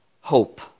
hope